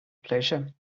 pleasure